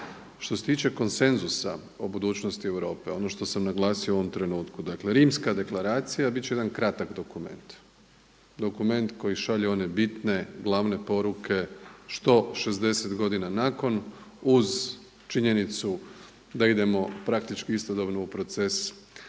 Što se tiče konsenzusa o budućnosti Europe, ono što sam naglasio u ovom trenutku, dakle Rimska deklaracija bit će jedan kratak dokument, dokument koji šalje one bitne glavne poruke što 60 godina nakon uz činjenicu da idemo praktički istodobno u proces